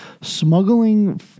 smuggling